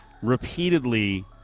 repeatedly